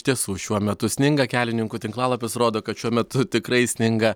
iš tiesų šiuo metu sninga kelininkų tinklalapis rodo kad šiuo metu tikrai sninga